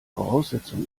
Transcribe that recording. voraussetzung